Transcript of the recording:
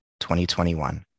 2021